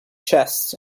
chests